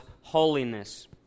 holiness